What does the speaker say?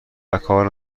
وکار